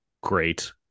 great